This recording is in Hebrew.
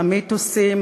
המיתוסים,